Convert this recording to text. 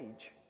age